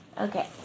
okay